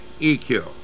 EQ